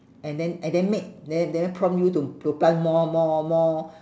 and then and then make then then prompt you to to plant more more more